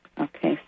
Okay